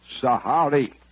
Sahari